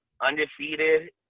undefeated